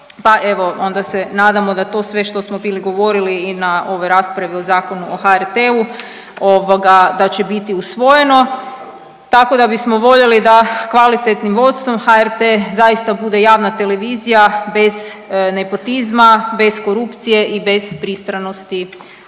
pa evo onda se nadamo da to sve što smo bili govorili i na ovoj raspravi o Zakonu o HRT-u ovoga da će biti usvojeno tako da bismo voljeli da kvalitetnim vodstvom HRT zaista bude javna televizija bez nepotizma, bez korupcije i bez pristranosti